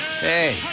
Hey